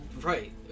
Right